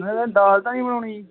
ਮੈਂ ਕਹਿੰਦਾ ਦਾਲ ਤਾਂ ਨਹੀਂ ਬਣਾਉਣੀ ਜੀ